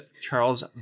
Charles